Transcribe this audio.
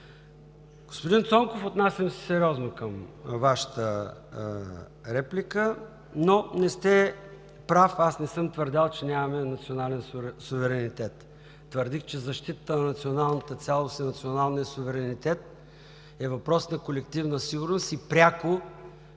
Господин Цонков, отнасям се сериозно към Вашата реплика, но не сте прав – аз не съм твърдял, че нямаме национален суверенитет. Твърдях, че защитата на националната цялост и националният суверенитет е въпрос на колективна сигурност и пряко